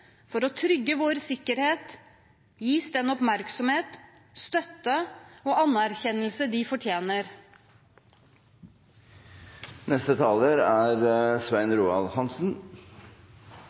for å trygge vår sikkerhet, den oppmerksomhet og anerkjennelse de fortjener. Representanten Sandberg fant at det var uttrykt mye glede i denne debatten. Det er